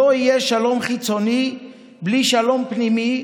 לא יהיה שלום חיצוני בלי שלום פנימי,